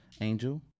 Angel